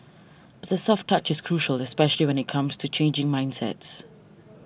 but the soft touch is crucial especially when it comes to changing mindsets